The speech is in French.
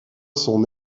son